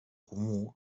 comú